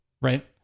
Right